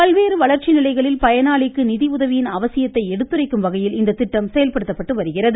பல்வேறு வளர்ச்சி நிலைகளில் பயனாளிக்கு நிதி உதவியின் அவசியத்தை எடுத்துரைக்கும் வகையில் இந்த திட்டம் செயல்படுத்தப்பட்டு வருகிறது